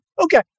Okay